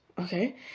okay